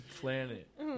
Planet